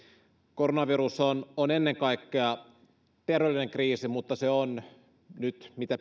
koronavirus on on ennen kaikkea terveydellinen kriisi mutta se on mitä